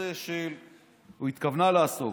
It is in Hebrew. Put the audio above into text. או התכוונה לעסוק,